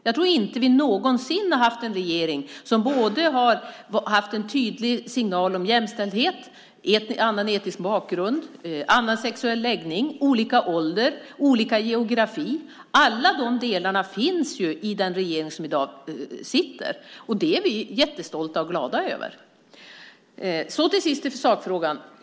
Jag tror inte att vi någonsin har haft en regering som har haft en tydlig signal om såväl jämställdhet som annan etnisk bakgrund, annan sexuell läggning, olika ålder och olika geografi. Alla de delarna finns ju i den regering som i dag sitter. Och det är vi jättestolta och glada över. Till sist till sakfrågan.